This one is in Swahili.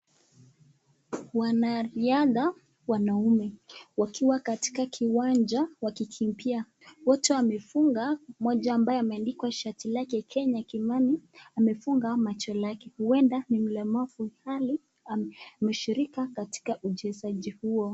Wanariadha wanaume wakiwa katika kiwanja wakikimbia ,wote wamefunga mmoja ambaye ameandikwa shati lake Kenya Kimani amefunga macho lake ,huenda ni mlemavu ilhali ameshirika katika uchezaji huo.